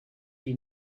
die